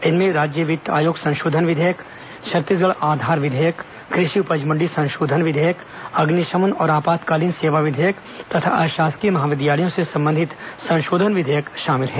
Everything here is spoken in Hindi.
इनमें राज्य वित्त आयोग संशोधन विधेयक छत्तीसगढ़ आधार विधेयक कृषि उपज मंडी संशोधन विधेयक अग्निशमन और आपातकालीन सेवा विधेयक तथा अशासकीय महाविद्यालयों से संबंधित संशोधन विधेयक शामिल हैं